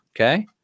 okay